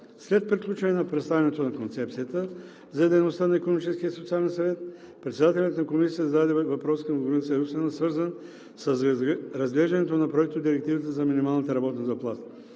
След приключване на представянето на концепцията за дейността на Икономическия и социалния съвет председателят на Комисията зададе въпрос към Зорница Русинова, свързан с разглеждането на проектодирективата за минималната работна заплата.